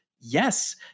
Yes